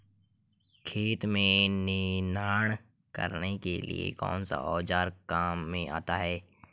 खेत में निनाण करने के लिए कौनसा औज़ार काम में आता है?